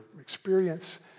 experience